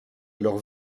alors